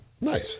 Nice